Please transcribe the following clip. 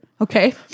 Okay